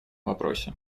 вопросе